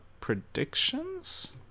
predictions